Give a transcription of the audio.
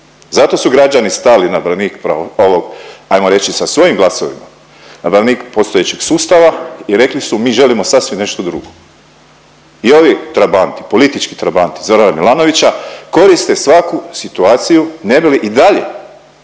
zato su građani stali na branik ovog ajmo reći sa svojim glasovima, na branik postojećeg sustava i rekli su mi želimo sasvim nešto drugo. I ovi trabanti, politički trabanti Zorana Milanovića koriste svaku situaciju ne bi li i dalje,